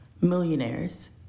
millionaires